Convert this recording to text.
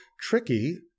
tricky